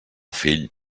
fill